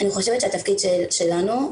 התפקיד שלנו,